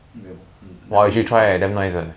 没有 never eat before